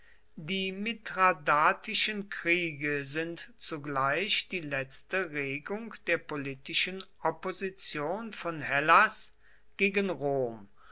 die mithradatischen kriege sind zugleich die letzte regung der politischen opposition von hellas gegen rom